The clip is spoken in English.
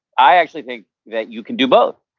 i actually think that you can do both.